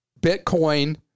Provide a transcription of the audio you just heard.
Bitcoin